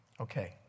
Okay